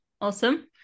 awesome